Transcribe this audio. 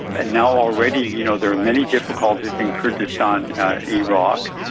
and now already you know there are many difficulties in kurdistan iraq,